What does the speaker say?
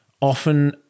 often